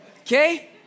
Okay